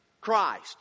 Christ